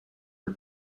are